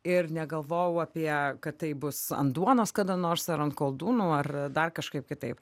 ir negalvojau apie kad tai bus ant duonos kada nors ar ant koldūnų ar dar kažkaip kitaip